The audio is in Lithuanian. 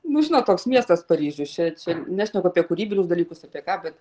nu žinot toks miestas paryžius čia čia nešneku apie kūrybinius dalykus apie ką bet